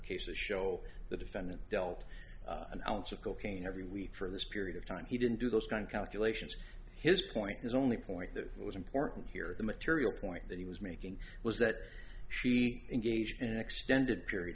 cases show the defendant dealt an ounce of cocaine every week for this period of time he didn't do those kind of calculations his point is only point that was important here the material point that he was making was that she engaged in an extended period